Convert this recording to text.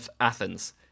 Athens